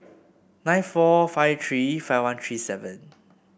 nine four five three five one three seven